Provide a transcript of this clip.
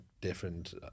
different